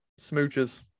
smooches